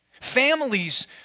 Families